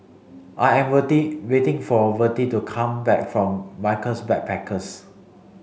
I am Vertie waiting for Vertie to come back from Michaels Backpackers